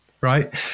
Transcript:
right